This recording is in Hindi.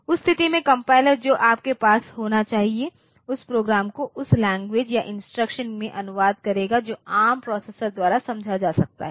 उस स्थिति में कंपाइलर जो आपके पास होना चाहिए उस प्रोग्राम को उस लैंग्वेज या इंस्ट्रक्शन में अनुवाद करेगा जो एआरएम प्रोसेसर द्वारा समझा जा सकता है